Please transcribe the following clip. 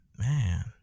Man